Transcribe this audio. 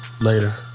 later